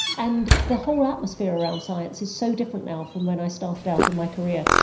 and the whole atmosphere around science is so different now from when i started out in my career.